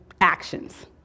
actions